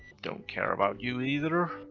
don't care about you either.